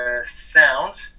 sound